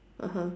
(uh huh)